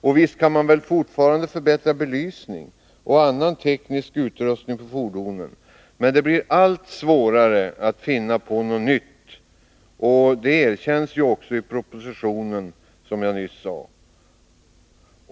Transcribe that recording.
Och visst kan man väl fortfarande förbättra belysning och annan teknisk utrustning på fordonen, men det blir allt svårare att finna på något nytt, vilket för övrigt, som jag nyss sade, också erkänns i propositionen.